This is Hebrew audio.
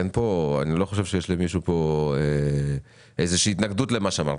אני חושב שאין למישהו פה התנגדות למה שאמרת.